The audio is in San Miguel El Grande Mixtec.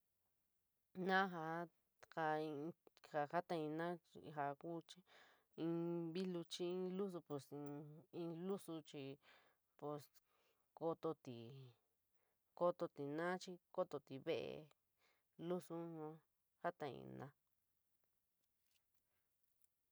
Naa, ja ka fator pma ja kuu chir in vilu chir in lusu chir pos kototi kototina xir kototi vele wusun satotina.